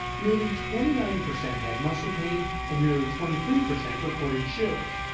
nearly twenty nine percent had muscle pain, and nearly twenty three percent reported chills.